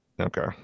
okay